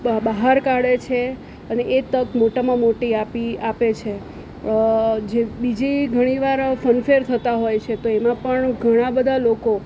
બહાર કાઢે છે અને એ તક મોટામાં મોટી આપી આપે છે જે બીજી ઘણી વાર ફન ફેર થતા હોય છે તો એમાં પણ ઘણાં બધા લોકો